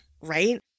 right